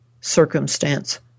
circumstance